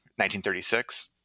1936